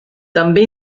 també